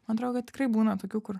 man atrodo kad tikrai būna tokių kur